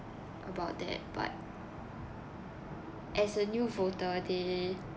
about that but as a new voter they